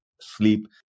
sleep